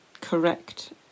correct